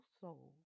soul